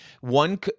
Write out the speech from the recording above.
one